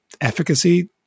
efficacy